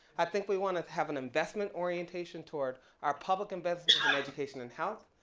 i think we wanna have an investment orientation toward our public investment ah in education and health,